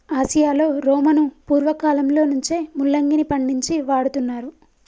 ఆసియాలో రోమను పూర్వకాలంలో నుంచే ముల్లంగిని పండించి వాడుతున్నారు